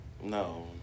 No